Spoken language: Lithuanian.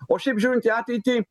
o šiaip žiūrint į ateitį